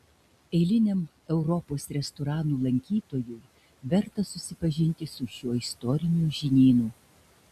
eiliniam europos restoranų lankytojui verta susipažinti su šiuo istoriniu žinynu